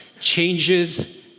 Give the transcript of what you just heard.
changes